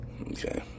Okay